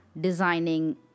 designing